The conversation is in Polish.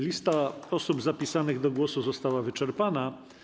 Lista osób zapisanych do głosu została wyczerpana.